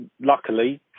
luckily